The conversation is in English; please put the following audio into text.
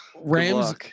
Rams